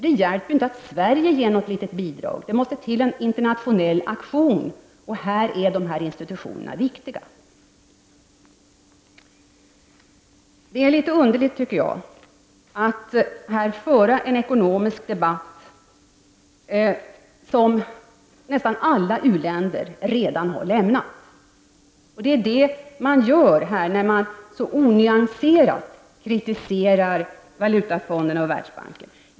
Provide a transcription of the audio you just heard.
Det hjälper inte att Sverige ger något litet bidrag. Det måste till en internationell aktion. Här är dessa institutioner viktiga. Jag tycker att det är litet underligt att här föra en ekonomisk debatt som nästan alla u-länder redan har lämnat. Det är vad man gör när man så onyanserat kritiserar Valutafonden och Världsbanken.